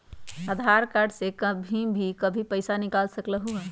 आधार card से कहीं भी कभी पईसा निकाल सकलहु ह?